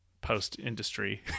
post-industry